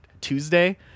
Tuesday